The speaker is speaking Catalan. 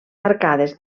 arcades